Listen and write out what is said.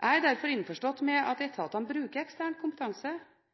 Jeg er derfor innforstått med at etatene bruker ekstern kompetanse